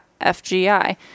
FGI